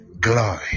glory